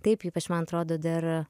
taip ypač man atrodo dar